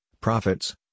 profits